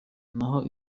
naho